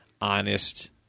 honest